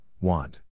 want